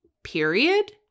period